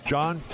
John